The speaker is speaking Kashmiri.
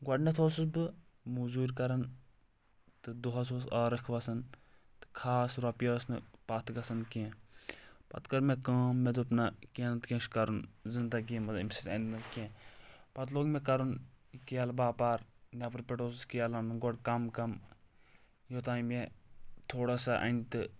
گۄڈٕنٮ۪تھ اوسُس بہٕ موضوٗرۍ کران تہٕ دۄہس اوسُس ٲرکھ وسان تہٕ خاص رۄپیہِ ٲس نہٕ پتھ گژھان کینٛہہ پتہٕ کٔر مےٚ کٲم مےٚ دوٚپ نہ کینٛہہ نتہٕ کینٛہہ چھُ کرُن زندگی منٛز امہِ سۭتۍ اندِ نہِ کینٛہہ پتہٕ لوٚگ مےٚ کرُن یہِ کیلہٕ باپار نٮ۪برٕ پٮ۪ٹھ اوسُس کیلہٕ انان گۄڈٕ کم کم یوٚتانۍ مےٚ تھوڑا سا انہِ تہٕ